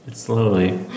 slowly